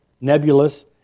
nebulous